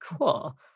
Cool